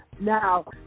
Now